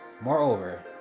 Moreover